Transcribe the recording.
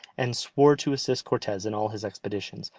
and swore to assist cortes in all his expeditions,